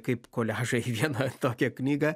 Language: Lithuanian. kaip koliažą į vieną tokią knygą